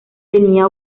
tenía